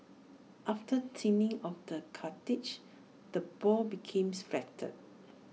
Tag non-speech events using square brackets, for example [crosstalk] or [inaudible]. after thinning of the cartilage the ball became [unintelligible] flattened